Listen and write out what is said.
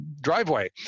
driveway